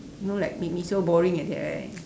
you know like make me so boring like that right